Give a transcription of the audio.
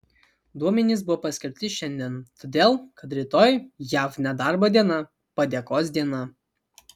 duomenys buvo paskelbti šiandien todėl kad rytoj jav nedarbo diena padėkos diena